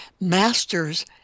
master's